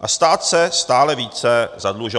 a stát se stále více zadlužoval.